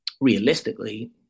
realistically